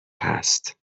هست